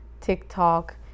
TikTok